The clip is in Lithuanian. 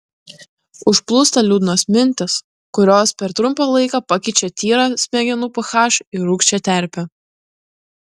užplūsta liūdnos mintys kurios per trumpą laiką pakeičia tyrą smegenų ph į rūgščią terpę